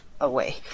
away